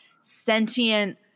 sentient